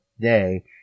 day